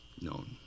known